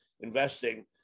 investing